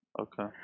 Okay